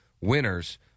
winners